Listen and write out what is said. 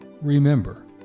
Remember